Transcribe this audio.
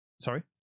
Sorry